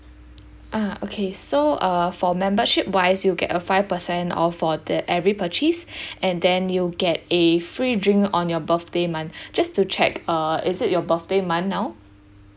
ah okay so uh for membership wise you get a five percent off for the every purchase and then you'll get a free drink on your birthday month just to check uh is it your birthday month now